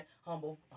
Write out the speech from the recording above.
Humble